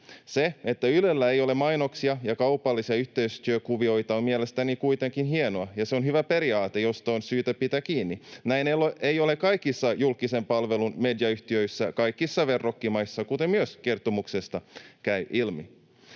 Se, että Ylellä ei ole mainoksia ja kaupallisia yhteistyökuvioita, on mielestäni kuitenkin hienoa, ja se on hyvä periaate, josta on syytä pitää kiinni. Näin ei ole kaikissa julkisen palvelun mediayhtiöissä kaikissa verrokkimaissa, kuten kertomuksesta käy myös